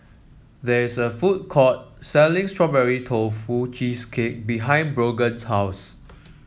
there is a food court selling Strawberry Tofu Cheesecake behind Brogan's house